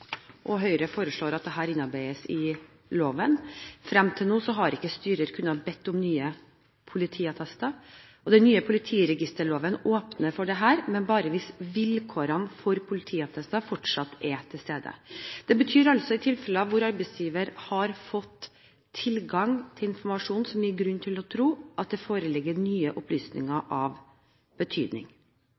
og Høyre foreslår at dette innarbeides i loven. Frem til nå har ikke styrer kunnet be om nye politiattester. Den nye politiregisterloven åpner for dette, men bare hvis vilkårene for politiattester fortsatt er til stede. Det betyr altså tilfeller hvor arbeidsgiver har fått tilgang til informasjon som gir grunn til å tro at det foreligger nye opplysninger av betydning.